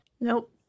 Nope